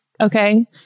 okay